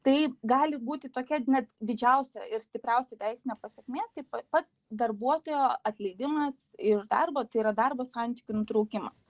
tai gali būti tokia net didžiausia ir stipriausia teisinė pasekmė tai pats darbuotojo atleidimas iš darbo tai yra darbo santykių nutraukimas